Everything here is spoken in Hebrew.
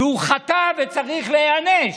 והוא חטא וצריך להיענש,